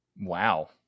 Wow